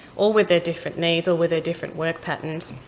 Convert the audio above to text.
all with their different needs, all with their different work patterns.